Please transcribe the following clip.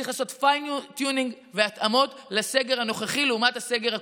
צריך לעשות fine tuning והתאמות לסגר הנוכחי לעומת הסגר הקודם,